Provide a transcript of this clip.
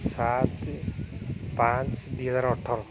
ସାତ ପାଞ୍ଚ ଦୁଇ ହଜାର ଅଠର